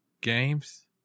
games